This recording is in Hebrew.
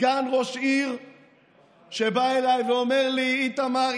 סגן ראש עיר בא אליי ואומר לי: איתמר,